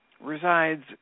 resides